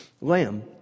lamb